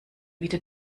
wieder